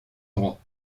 droits